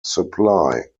supply